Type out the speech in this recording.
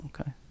Okay